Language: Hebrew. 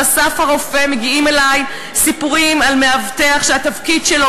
על "אסף הרופא" מגיעים אלי סיפורים על מאבטח שהתפקיד שלו,